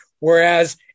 Whereas